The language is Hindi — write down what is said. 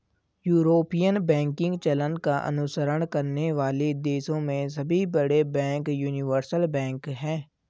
यूरोपियन बैंकिंग चलन का अनुसरण करने वाले देशों में सभी बड़े बैंक यूनिवर्सल बैंक हैं